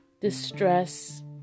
distress